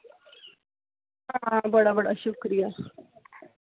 आं बड़ा बड़ा शुक्रिया